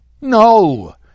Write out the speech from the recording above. no